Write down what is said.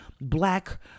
black